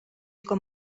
com